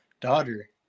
daughter